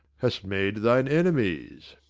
hast made thine enemies?